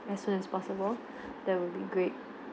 as soon as possible that will be great